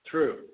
True